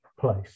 place